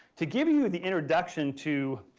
to give you the introduction to